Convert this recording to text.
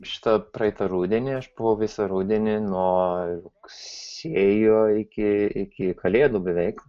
šitą praeitą rudenį aš buvau visą rudenį nuo rugsėjo iki iki kalėdų beveik